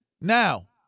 Now